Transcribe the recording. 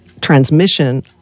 transmission